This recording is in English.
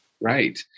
right